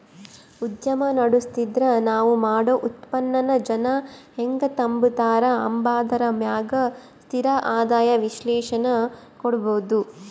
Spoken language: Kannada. ಉದ್ಯಮ ನಡುಸ್ತಿದ್ರ ನಾವ್ ಮಾಡೋ ಉತ್ಪನ್ನಾನ ಜನ ಹೆಂಗ್ ತಾಂಬತಾರ ಅಂಬಾದರ ಮ್ಯಾಗ ಸ್ಥಿರ ಆದಾಯ ವಿಶ್ಲೇಷಣೆ ಕೊಡ್ಬೋದು